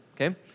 okay